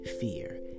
fear